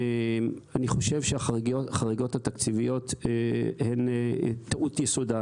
אני חושב שהחריגות התקציביות בטעות יסודן.